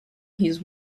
his